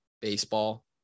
baseball